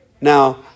Now